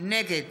נגד